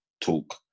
talk